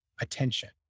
attention